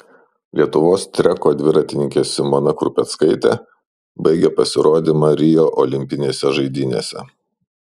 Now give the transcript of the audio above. lietuvos treko dviratininkė simona krupeckaitė baigė pasirodymą rio olimpinėse žaidynėse